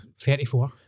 34